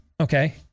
okay